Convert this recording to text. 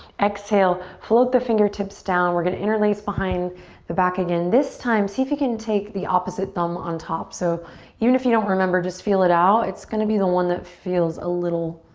exhale, float the fingertips down. we're gonna interlace behind the back again. this time see if you can take the opposite thumb on top. so even if you don't remember, just feel it out. it's gonna be the one that feels a little